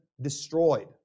destroyed